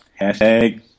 Hashtag